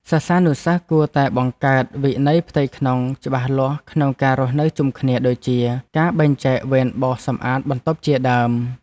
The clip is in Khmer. សិស្សានុសិស្សគួរតែបង្កើតវិន័យផ្ទៃក្នុងច្បាស់លាស់ក្នុងការរស់នៅជុំគ្នាដូចជា ការបែងចែកវេនបោសសម្អាតបន្ទប់ជាដើម។